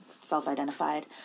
self-identified